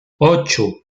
ocho